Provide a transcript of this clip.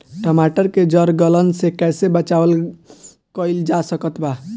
टमाटर के जड़ गलन से कैसे बचाव कइल जा सकत बा?